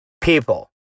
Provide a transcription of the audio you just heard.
People